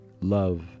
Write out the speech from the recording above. love